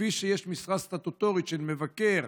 כפי שיש משרה סטטוטורית של מבקר,